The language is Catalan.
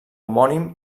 homònim